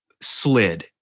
slid